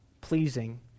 pleasing